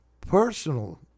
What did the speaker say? personal